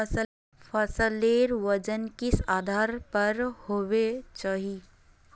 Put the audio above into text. फसलेर वजन किस आधार पर होबे चही?